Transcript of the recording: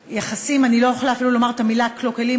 אני אפילו לא יכולה לומר את המילה קלוקלים,